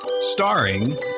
starring